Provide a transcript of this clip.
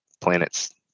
planets